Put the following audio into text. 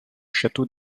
château